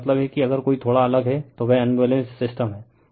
मेरा मतलब है कि अगर कोई थोड़ा अलग है तो वह अनबैलेंस्ड सिस्टम है